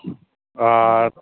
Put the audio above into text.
हा